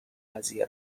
قضیه